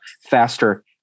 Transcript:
faster